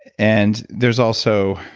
and there's also,